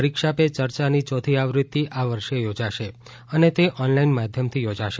પરીક્ષા પે ચર્ચાની ચોથી આવૃત્તિ આ વર્ષે યોજાશે અને તે ઓનલાઇન માધ્યમથી યોજાશે